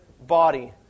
body